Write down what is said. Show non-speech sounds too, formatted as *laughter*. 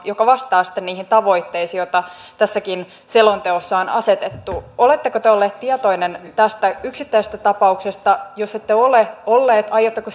joka vastaa sitten niihin tavoitteisiin joita tässäkin selonteossa on asetettu oletteko te ollut tietoinen tästä yksittäisestä tapauksesta jos ette ole ollut aiotteko *unintelligible*